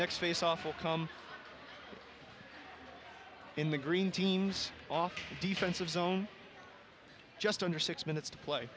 next faceoff will come in the green team's off the defensive zone just under six minutes to play